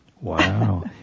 Wow